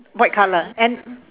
white colour and